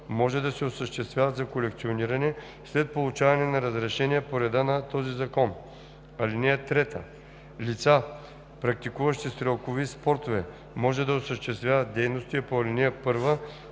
може да се осъществяват за колекциониране след получаване на разрешение по реда на този закон. (3) Лица, практикуващи стрелкови спортове, може да осъществяват дейностите по ал. 1